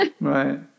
right